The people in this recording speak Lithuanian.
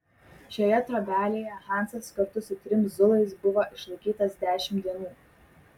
šioje trobelėje hansas kartu su trim zulais buvo išlaikytas dešimt dienų